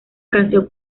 canción